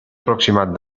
aproximat